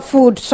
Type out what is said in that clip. Food